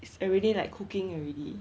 it's already like cooking already